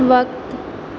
وقت